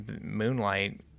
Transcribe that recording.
moonlight